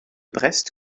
brest